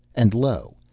and lo!